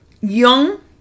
young